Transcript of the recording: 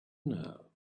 now